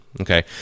okay